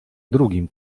drugim